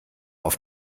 auf